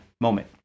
moment